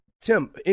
Tim